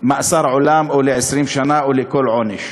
של מאסר עולם או 20 שנה או כל עונש.